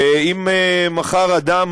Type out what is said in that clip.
ואם מחר אדם